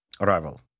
rival